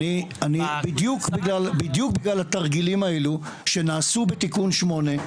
אני בדיוק בגלל התרגילים האלו שנעשו בתיקון 8,